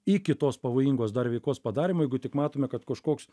iki tos pavojingos dar veikos padarymo jeigu tik matome kad kažkoks